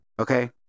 Okay